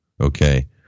okay